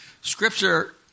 Scripture